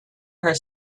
her